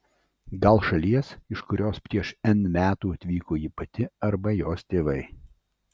gal šalies iš kurios prieš n metų atvyko ji pati arba jos tėvai